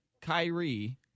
Kyrie